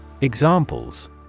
Examples